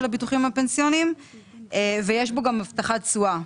הביטוחים הפנסיונים ויש בו גם הבטחת תשואה.